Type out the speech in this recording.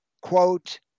quote